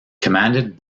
commanded